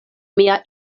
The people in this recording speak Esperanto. mia